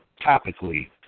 topically